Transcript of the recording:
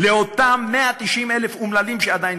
לאותם 190,000 אומללים שעדיין